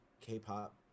K-pop